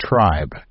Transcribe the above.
tribe